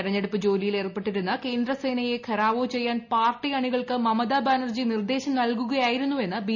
തിരഞ്ഞെടുപ്പ് ജോലിയിൽ ഏർപ്പെട്ടിരുന്ന കേന്ദ്രസേനയെ ഘെരോവോ ചെയ്യാൻ പാർട്ടി അണികൾക്ക് മമതാ ബാനർജി നിർദ്ദേശം നൽകുകയായിരുന്നുവെന്ന് ബി